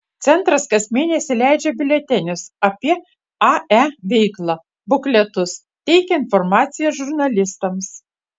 centras kas mėnesį leidžia biuletenius apie ae veiklą bukletus teikia informaciją žurnalistams